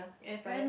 airfry